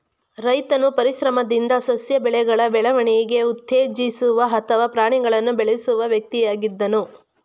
ರೈತನು ಪರಿಶ್ರಮದಿಂದ ಸಸ್ಯ ಬೆಳೆಗಳ ಬೆಳವಣಿಗೆ ಉತ್ತೇಜಿಸುವ ಅಥವಾ ಪ್ರಾಣಿಗಳನ್ನು ಬೆಳೆಸುವ ವ್ಯಕ್ತಿಯಾಗಿದ್ದನು